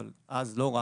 אבל אז לא רק,